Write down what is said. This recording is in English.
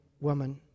woman